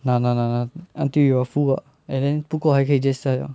拿拿拿拿 until you are full lah and then 不够还可以 just 在 order